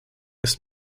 ist